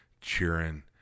cheering